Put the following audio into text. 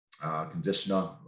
conditioner